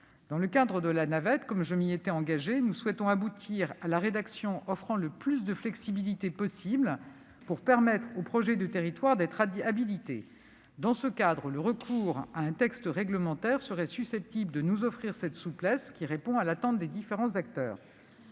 Dans le cadre de la navette, comme je m'y étais engagée, nous souhaitons aboutir à la rédaction offrant le plus de flexibilité possible, pour permettre l'habilitation des projets de territoire. Le recours à un texte réglementaire serait susceptible de nous offrir cette souplesse qui répond à l'attente des différents acteurs.